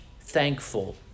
thankful